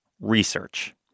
research